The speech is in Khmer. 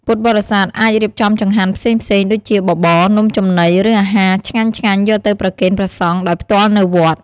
ពុទ្ធបរិស័ទអាចរៀបចំចង្ហាន់ផ្សេងៗដូចជាបបរ នំចំណី ឬអាហារឆ្ងាញ់ៗយកទៅប្រគេនព្រះសង្ឃដោយផ្ទាល់នៅវត្ត។